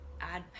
add